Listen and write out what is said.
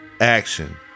action